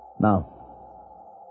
Now